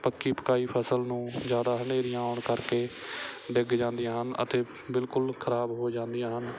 ਪੱਕੀ ਪਕਾਈ ਫਸਲ ਨੂੰ ਜ਼ਿਆਦਾ ਹਨੇਰੀ ਆਉਣ ਕਰਕੇ ਡਿੱਗ ਜਾਂਦੀਆਂ ਹਨ ਅਤੇ ਬਿਲਕੁਲ ਖਰਾਬ ਹੋ ਜਾਂਦੀਆਂ ਹਨ